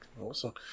Awesome